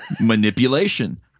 manipulation